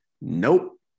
Nope